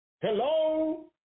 Hello